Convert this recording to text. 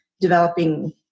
developing